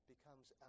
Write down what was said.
becomes